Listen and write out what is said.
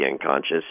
unconscious